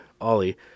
Ollie